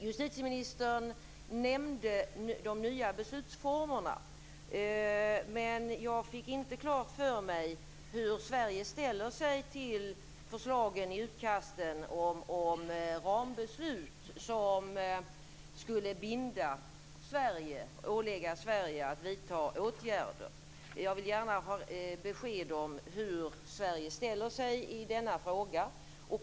Justitieministern nämnde de nya beslutsformerna, men jag fick inte klart för mig hur Sverige ställer sig till förslagen i utkasten om rambeslut som skulle binda Sverige och ålägga Sverige att vidta åtgärder. Jag vill gärna ha besked om hur Sverige ställer sig i denna fråga.